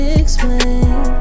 explain